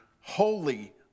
Holy